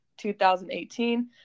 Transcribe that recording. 2018